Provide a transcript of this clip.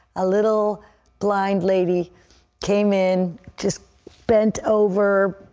a little blind lady came in, just bent over,